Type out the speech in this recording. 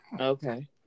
Okay